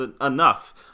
enough